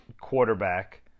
quarterback